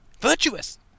Virtuous